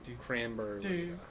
cranberry